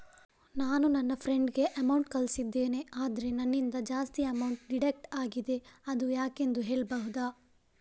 ನಾನು ನನ್ನ ಫ್ರೆಂಡ್ ಗೆ ಅಮೌಂಟ್ ಕಳ್ಸಿದ್ದೇನೆ ಆದ್ರೆ ನನ್ನಿಂದ ಜಾಸ್ತಿ ಅಮೌಂಟ್ ಡಿಡಕ್ಟ್ ಆಗಿದೆ ಅದು ಯಾಕೆಂದು ಹೇಳ್ಬಹುದಾ?